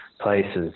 places